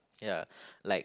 ya like